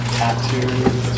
tattoos